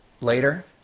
later